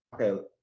okay